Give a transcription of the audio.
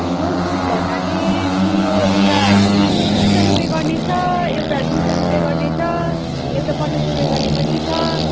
notebook भन्नाले तिम्रो एउटा एक सय रुपियाँ गर्ने छ एउटा दुई सय रुपियाँ गर्ने छ एउटा पचास रुपियाँ गर्ने पनि छ